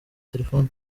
telefoni